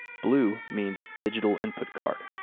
blue means digital input card.